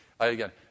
Again